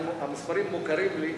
המספרים מוכרים לי,